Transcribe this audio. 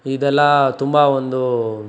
ಇದೆಲ್ಲ ತುಂಬ ಒಂದು